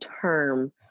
term